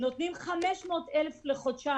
נותנים 500,000 לחודשיים.